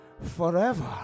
Forever